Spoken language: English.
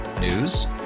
News